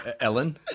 Ellen